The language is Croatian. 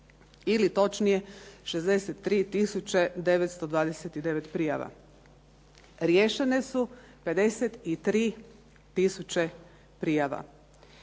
ili točnije 63929 prijava. Riješene su 53000 prijava.